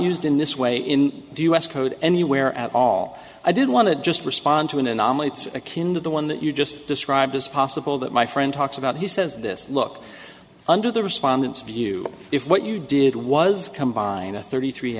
used in this way in the us code anywhere at all i did want to just respond to an anomaly it's akin to the one that you just described as possible that my friend talks about he says this look under the respondents view if what you did was combine a thirty three